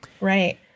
right